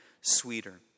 sweeter